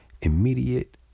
immediate